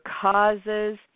causes